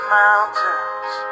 mountains